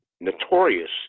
notorious